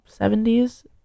70s